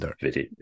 video